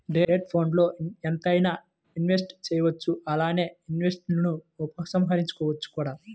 debt ఫండ్స్ల్లో ఎంతైనా invest చేయవచ్చు అలానే ఇన్వెస్ట్మెంట్స్ను ఉపసంహరించుకోవచ్చు కూడా